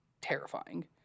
terrifying